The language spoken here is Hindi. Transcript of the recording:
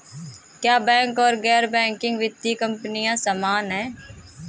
क्या बैंक और गैर बैंकिंग वित्तीय कंपनियां समान हैं?